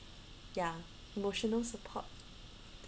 ya emotional support